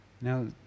Now